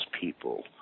people